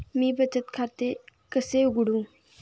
मी बचत खाते कसे उघडू?